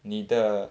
你的